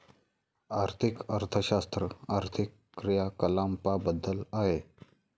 आर्थिक अर्थशास्त्र आर्थिक क्रियाकलापांबद्दल आहे